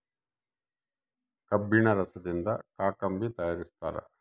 ಕಬ್ಬಿಣ ರಸದಿಂದ ಕಾಕಂಬಿ ತಯಾರಿಸ್ತಾರ